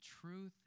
truth